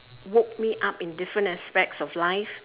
woke me up in different aspects of life